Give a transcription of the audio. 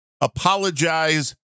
apologize